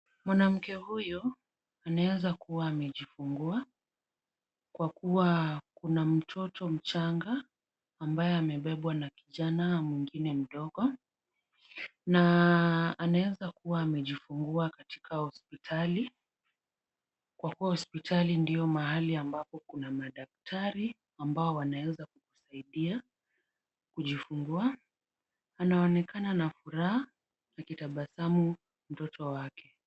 Mwanamke huyu, anaweza kuwa amejifungua kwa kuwa, kuna mtoto mchanga ambaye amembebwa na kijana mwingine mdogo na anaweza kuwa amejifungua katika hospitali, kwa kuwa hospitali ndiyo mahali ambapo kuna madaktari ambao wanaweza kukusaidia kujifungua. Anaonekana na furaha akitabasamu mtoto wake.